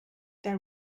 that